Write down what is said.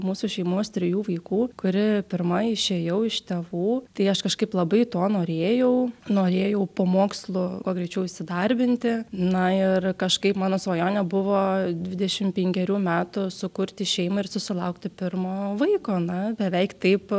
mūsų šeimos trijų vaikų kuri pirma išėjau iš tėvų tai aš kažkaip labai to norėjau norėjau po mokslų kuo greičiau įsidarbinti na ir kažkaip mano svajonė buvo dvidešim penkerių metų sukurti šeimą ir susilaukti pirmo vaiko na beveik taip